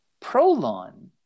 Prolon